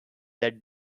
that